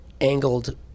angled